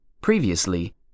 Previously